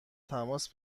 تماس